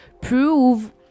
prove